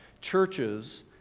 churches